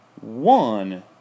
One